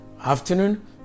afternoon